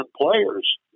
players